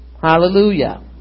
Hallelujah